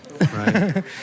Right